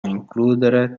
includere